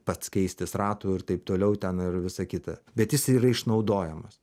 pats keistis ratų ir taip toliau ten ir visa kita bet jis yra išnaudojamas